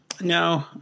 No